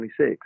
26